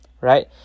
right